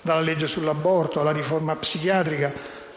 dalla legge sull'aborto, alla riforma psichiatrica,